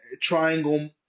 triangle